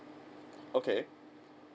okay